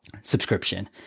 subscription